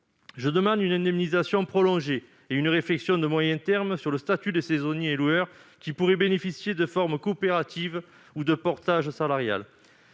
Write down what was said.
Je demande une indemnisation prolongée et une réflexion de moyen terme sur le statut des saisonniers et loueurs, qui pourraient bénéficier de formes coopératives ou de portage salarial.